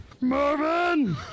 Marvin